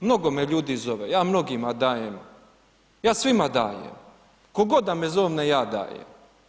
Mnogo me ljudi zove, ja mnogima dajem, ja svima dajem, tko god da me zovne ja dajem.